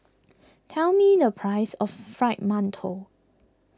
tell me the price of Fried Mantou